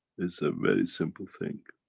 is a very simple thing.